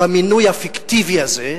במינוי הפיקטיבי הזה,